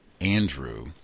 andrew